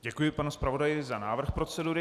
Děkuji panu zpravodaji za návrh procedury.